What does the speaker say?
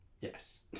Yes